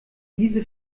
diese